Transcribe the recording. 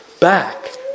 back